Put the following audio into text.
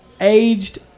aged